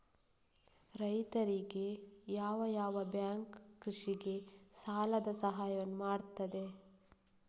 ರೈತರಿಗೆ ಯಾವ ಯಾವ ಬ್ಯಾಂಕ್ ಕೃಷಿಗೆ ಸಾಲದ ಸಹಾಯವನ್ನು ಮಾಡ್ತದೆ?